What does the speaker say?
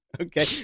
Okay